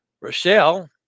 Rochelle